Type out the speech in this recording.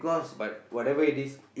but whatever it is